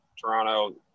Toronto